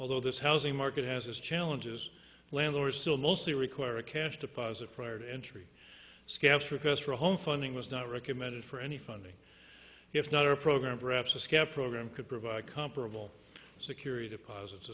although this housing market has its challenges landlords still mostly require a cash deposit prior to entry scamps request for a home funding was not recommended for any funding if not our program perhaps a scout program could provide comparable security deposits